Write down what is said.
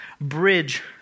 bridge